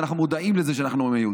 ואנחנו מודעים לזה שאנחנו מיעוט.